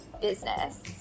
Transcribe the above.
business